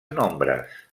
nombres